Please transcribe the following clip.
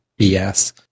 BS